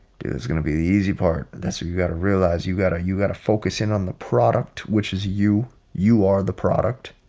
it's going to be the easy part. that's what you gotta realize you gotta you gotta focus in on the product which is you, you are the product